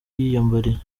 yiyambariye